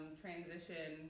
transition